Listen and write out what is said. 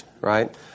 right